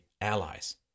allies